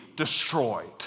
Destroyed